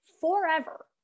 forever